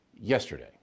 yesterday